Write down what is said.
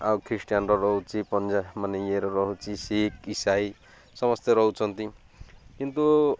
ଆଉ ଖ୍ରୀଷ୍ଟିୟନର ରହୁଛି ପଞ୍ଜାବ ମାନେ ଇଏର ରହୁଛି ଶିଖ୍ ଇସାଇ ସମସ୍ତେ ରହୁଛନ୍ତି କିନ୍ତୁ